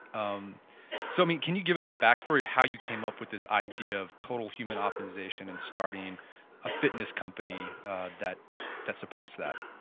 um so can you give us the back story of how you came up with this idea of total human optimization and starting a fitness company that that supports that?